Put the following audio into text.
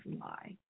lie